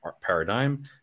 paradigm